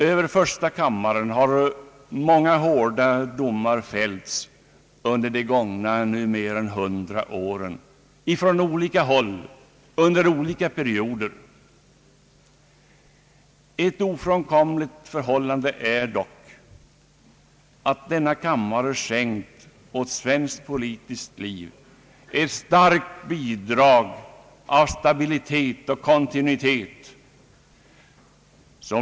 Över första kammaren har under de gångna nu mer än hundra åren från olika håll och under olika perioder fällts många hårda domar. Ett faktum är dock att denna kammare skänkt åt svenskt politiskt liv ett starkt bidrag av stabilitet och kontinuitet.